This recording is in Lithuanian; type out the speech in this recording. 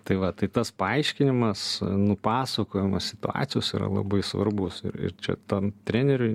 tai va tai tas paaiškinimas nupasakojimas situacijos yra labai svarbus ir ir čia tam treneriui